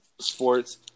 sports